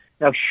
Now